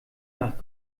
nach